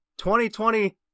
2020